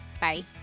Bye